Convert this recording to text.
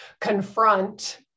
confront